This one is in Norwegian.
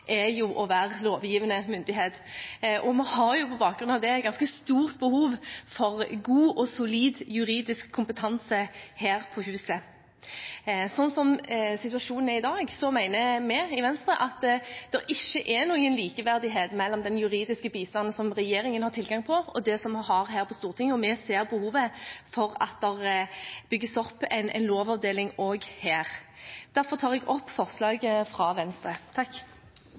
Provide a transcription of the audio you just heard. er å være lovgivende myndighet. Vi har på bakgrunn av det et ganske stort behov for god og solid juridisk kompetanse her på huset. Som situasjonen er i dag, mener vi i Venstre at det ikke er noen likeverdighet mellom den juridiske bistanden som regjeringen har tilgang på, og det som vi har her på Stortinget. Vi ser behovet for at det bygges opp en lovavdeling også her. Jeg tar derfor opp forslaget fra Venstre.